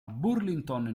burlington